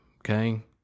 okay